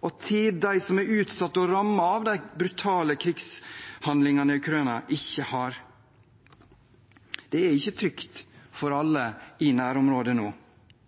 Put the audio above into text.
og tid de som er utsatt for og rammet av de brutale krigshandlingene i Ukraina, ikke har. Det er ikke trygt for alle i nærområdet nå.